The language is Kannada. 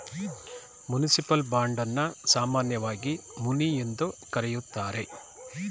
ಮುನಿಸಿಪಲ್ ಬಾಂಡ್ ಅನ್ನ ಸಾಮಾನ್ಯವಾಗಿ ಮುನಿ ಎಂದು ಕರೆಯುತ್ತಾರೆ